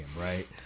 right